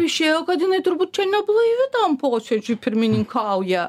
išėjo kad jinai turbūt čia neblaivi tam posėdžiui pirmininkauja